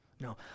No